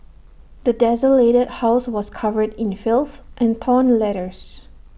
the desolated house was covered in filth and torn letters